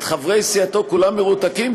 את חברי סיעתו כולם מרותקים.